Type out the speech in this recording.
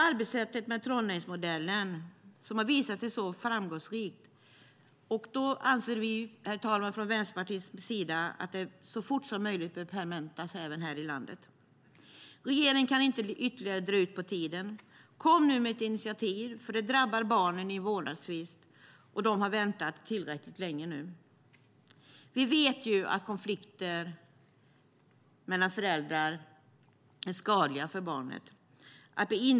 Arbetssättet med Trondheimsmodellen har visat sig vara framgångsrikt. Därför anser vi från Vänsterpartiets sida att det så fort som möjligt bör permanentas även här i landet. Regeringen kan inte ytterligare dra ut på tiden. Kom nu med ett initiativ, för detta drabbar barnen i vårdnadstvister! De har väntat tillräckligt länge nu. Vi vet att konflikter mellan föräldrar är skadliga för barnet.